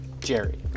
Jerry